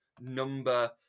number